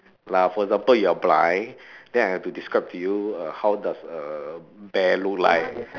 like for example you are blind then I have to describe to you how does a bear look like